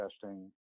testing